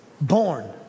born